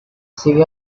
see